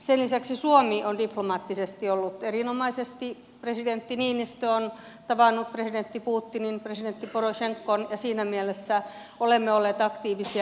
sen lisäksi suomi on diplomaattisesti toiminut erinomaisesti presidentti niinistö on tavannut presidentti putinin presidentti porosenkon ja siinä mielessä olemme olleet aktiivisia